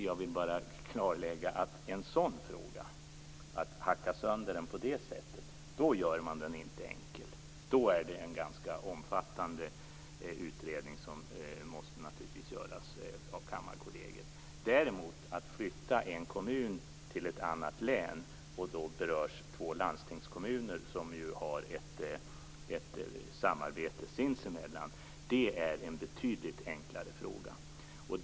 Jag vill bara klarlägga att man med ett sådant sönderhackande inte gör frågan enkel. Då måste Kammarkollegiet naturligtvis göra en ganska omfattande utredning. Att däremot flytta en kommun till ett annat län, varvid två landsting som har ett samarbete sinsemellan berörs, är en betydligt enklare fråga.